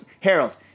Harold